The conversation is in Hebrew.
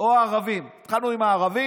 או ערבים: התחלנו עם הערבים,